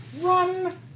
Run